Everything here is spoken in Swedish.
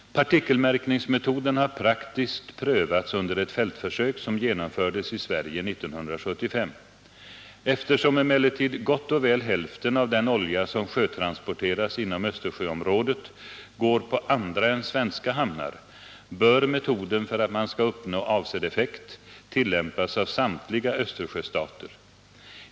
Partikelmärkningsmetoden har praktiskt prövats under ett fältförsök som genomfördes i Sverige 1975. Eftersom emellertid gott och väl hälften av den olja som sjötransporteras inom Östersjöområdet går på andra än svenska hamnar, bör metoden för att man skall uppnå avsedd effekt tillämpas av samtliga Östersjöstater.